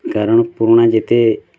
କାରଣ ପୁରୁଣା ଯେତେ